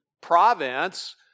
province